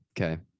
Okay